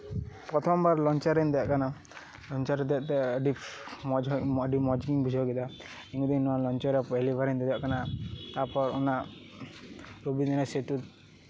ᱯᱨᱚᱛᱷᱚᱢ ᱵᱟᱨ ᱞᱚᱝᱪᱟᱨᱤᱧ ᱫᱮᱡ ᱟᱠᱟᱱᱟ ᱞᱚᱝᱪᱟ ᱨᱮ ᱫᱮᱡᱛᱮ ᱟᱹᱰᱤ ᱢᱚᱸᱡ ᱜᱤᱧ ᱵᱩᱡᱷᱟᱹᱣ ᱠᱮᱫᱟ ᱞᱟᱹᱭᱫᱟᱹᱧ ᱱᱚᱣᱟ ᱞᱚᱝᱪᱟ ᱨᱮ ᱯᱳᱭᱞᱳ ᱵᱟᱨᱤᱧ ᱫᱮᱡᱚᱜ ᱠᱟᱱᱟ ᱛᱟᱯᱚᱨ ᱚᱱᱟ ᱨᱚᱵᱤᱱᱫᱨᱚᱱᱟᱛᱷ ᱥᱮᱛᱩ